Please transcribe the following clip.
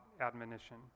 admonition